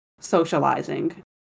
socializing